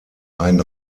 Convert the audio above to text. ein